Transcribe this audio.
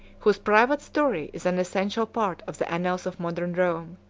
whose private story is an essential part of the annals of modern rome.